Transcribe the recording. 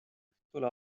õhtul